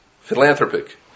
philanthropic